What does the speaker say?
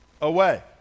away